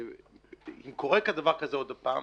שאם קורה דבר כזה עוד פעם,